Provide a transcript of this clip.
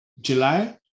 July